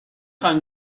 خوایم